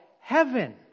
heaven